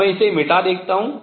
अब मैं इसे मिटा देता हूँ